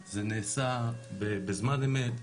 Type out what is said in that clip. זה נעשה בזמן אמת,